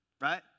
right